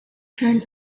turn